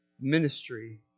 ministry